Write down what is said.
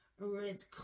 red